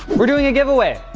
we're doing a giveaway.